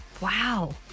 Wow